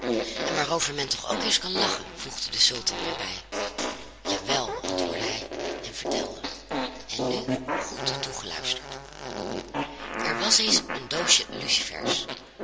en waarover men toch ook eens kan lachen voegde de sultan er bij jawel antwoordde hij en vertelde en nu goed toegeluisterd er was eens een doosje lucifers